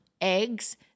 eggs